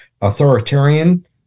authoritarian